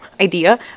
idea